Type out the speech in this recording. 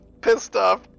pissed-off